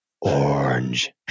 orange